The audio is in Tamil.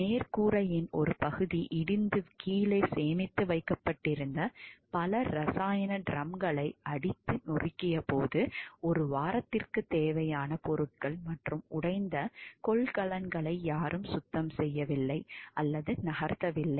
மேற்கூரையின் ஒரு பகுதி இடிந்து கீழே சேமித்து வைக்கப்பட்டிருந்த பல இரசாயன டிரம்களை அடித்து நொறுக்கியபோது ஒரு வாரத்திற்கு வேகமான பொருட்கள் மற்றும் உடைந்த கொள்கலன்களை யாரும் சுத்தம் செய்யவில்லை அல்லது நகர்த்தவில்லை